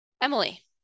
Emily